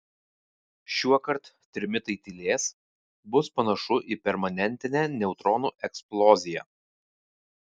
šiuokart trimitai tylės bus panašu į permanentinę neutronų eksploziją